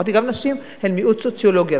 אמרתי: גם נשים הן מיעוט סוציולוגי.